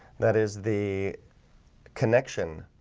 that is the connection